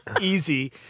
Easy